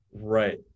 Right